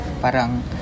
parang